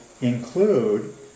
include